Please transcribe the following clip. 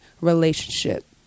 relationship